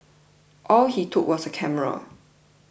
all he took was a camera